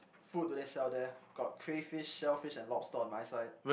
food do they sell there got crayfish shellfish and lobster on my side